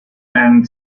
and